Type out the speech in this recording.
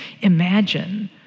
imagine